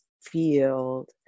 field